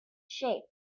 shape